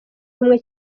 bumwe